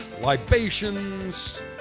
libations